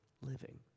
living